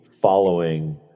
following